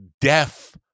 deaf